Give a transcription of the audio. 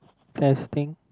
testing